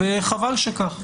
וחבל שכך.